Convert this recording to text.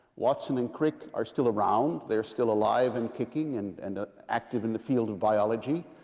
watson and crick are still around. they're still alive and kicking, and and ah active in the field of biology.